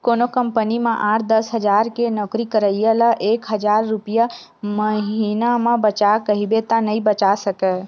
कोनो कंपनी म आठ, दस हजार के नउकरी करइया ल एक हजार रूपिया महिना म बचा कहिबे त नइ बचा सकय